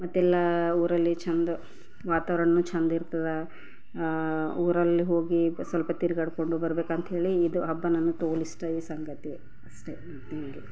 ಮತ್ತೆಲ್ಲ ಊರಲ್ಲಿ ಚೆಂದ ವಾತಾವರಣವು ಚೆಂದಿರ್ತದೆ ಊರಲ್ಲಿ ಹೋಗಿ ಸ್ವಲ್ಪ ತಿರುಗಾಡ್ಕೊಂಡು ಬರ್ಬೇಕಂಥೇಳಿ ಇದು ಹಬ್ಬ ನನಗೆ ತೋಲ್ ಇಷ್ಟ ಈ ಸಂಗತಿ ಅಷ್ಟೇ